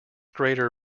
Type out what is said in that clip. greater